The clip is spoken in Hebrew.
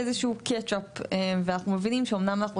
איזה שהוא catch up ושיעבור איזה שהוא זמן,